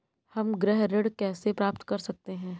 हम गृह ऋण कैसे प्राप्त कर सकते हैं?